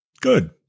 Good